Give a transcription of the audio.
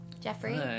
Jeffrey